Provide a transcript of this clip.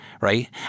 Right